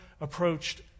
approached